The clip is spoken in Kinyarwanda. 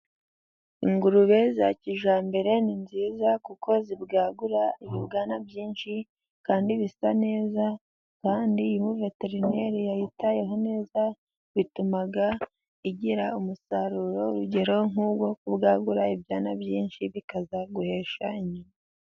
Ingurube za kijyambere ni nziza kuko zibwagura ibibwana byinshi kandi bisa neza kandi iyo veterineri yayitayeho neza, bituma igira umusaruro urugero nk'uwo kubwagura ibyana byinshi bikazaguhesha inyungu.